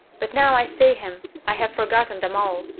but now i see him, i have forgotten them all.